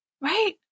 right